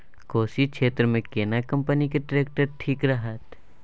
कोशी क्षेत्र मे केना कंपनी के ट्रैक्टर ठीक रहत?